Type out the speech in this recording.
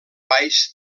baix